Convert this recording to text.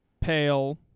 pale